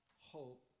hope